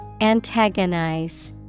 Antagonize